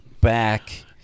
back